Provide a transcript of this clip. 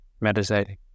meditating